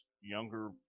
younger